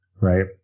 right